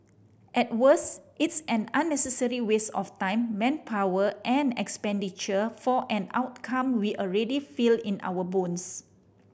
at worst it's an unnecessary waste of time manpower and expenditure for an outcome we already feel in our bones